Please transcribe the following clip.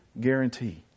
guarantee